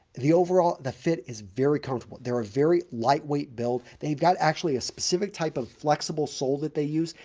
the overall the fit is very comfortable. they're a very lightweight built. they've got actually a specific type of flexible sole that they use.